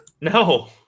No